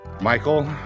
Michael